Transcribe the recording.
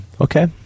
Okay